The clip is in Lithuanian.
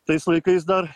tais laikais dar